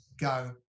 go